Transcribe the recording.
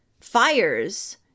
fires